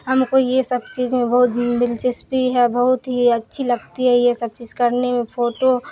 ہم کو یہ سب چیز میں بہت دلچسپی ہے بہت ہی اچھی لگتی ہے یہ سب چیز کرنے میں فوٹو